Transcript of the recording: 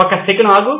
ఒక సెకను ఆగు